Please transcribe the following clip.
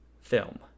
film